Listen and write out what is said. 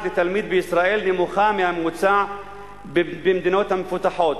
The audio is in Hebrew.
לתלמיד בישראל נמוכה מהממוצע במדינות המפותחות.